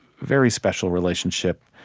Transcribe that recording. very special relationship.